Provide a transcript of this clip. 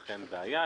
שהוא אכן בבעיה,